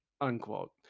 Unquote